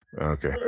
Okay